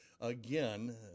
again